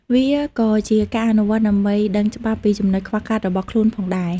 វាក៏ជាការអនុវត្តន៍ដើម្បីដឹងច្បាស់ពីចំណុចខ្វះខាតរបស់ខ្លួនផងដែរ។